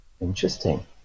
Interesting